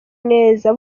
neza